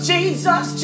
Jesus